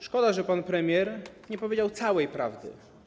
Szkoda, że pan premier nie powiedział całej prawdy.